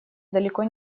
далеко